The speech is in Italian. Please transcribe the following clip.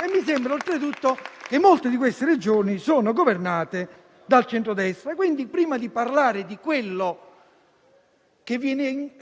E mi sembra, oltretutto, che molte di queste Regioni siano governate dal centrodestra. Quindi, prima di parlare di quello che viene